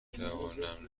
توانم